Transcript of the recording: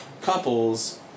couples